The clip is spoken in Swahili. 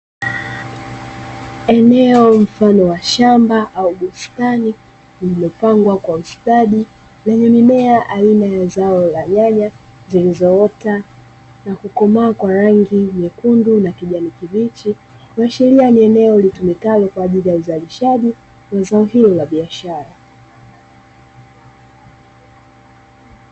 Eneo mfano wa shamba au bustani, lililopangwa kwa ustadi, lenye mimea aina ya zao la nyanya zilizoota na kukomaa kwa rangi nyekundu na kijani kibichi. Huashiria ni eneo litumikalo kwa ajiliya uzalishaji wa zao hilo la biashara.